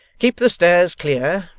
keep the stairs clear.